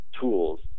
tools